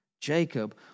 Jacob